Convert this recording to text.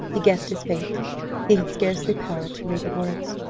he guessed his fate he had scarcely power to read the words.